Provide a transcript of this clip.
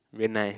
when I